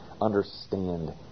understand